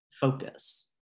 focus